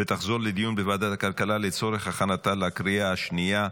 (עידוד עסקים זעירים,